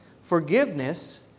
Forgiveness